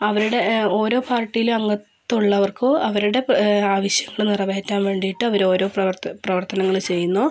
അവരുടെ ഓരോ പാർട്ടിയിലും അംഗത്തമുള്ളവർക്കോ അവരുടെ ആവശ്യങ്ങള് നിറവേറ്റാൻ വേണ്ടിയിട്ടോ അവർ ഓരോ പ്രവ പ്രവർത്തനങ്ങൾ ചെയ്യുന്നു